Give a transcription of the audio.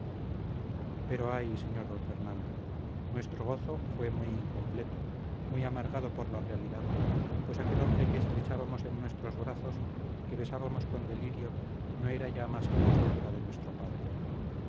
pero ay sr d fernando nuestro gozo fue muy incompleto muy amargado por la realidad pues aquel hombre que estrechábamos en nuestros brazos que besábamos con delirio no era ya más que una sombra de nuestro padre